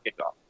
kickoff